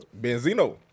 Benzino